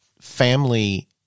family